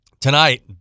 Tonight